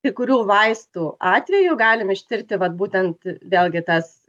kai kurių vaistų atveju galim ištirti vat būtent vėlgi tas